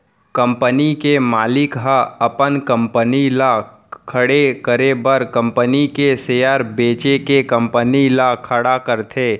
company के मालिक ह अपन कंपनी ल खड़े करे बर कंपनी के सेयर बेंच के कंपनी ल खड़ा करथे